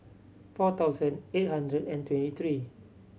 four thousand eight hundred and twenty three